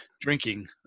drinking